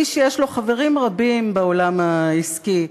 איש שיש לו חברים רבים בעולם העסקי,